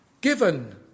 Given